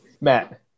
Matt